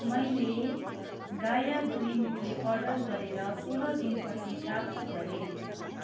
मैले गाया green tea order गरेर सोल दिनपछि प्राप्त गरेँ